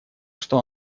что